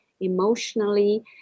emotionally